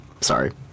sorry